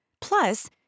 Plus